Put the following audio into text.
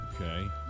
Okay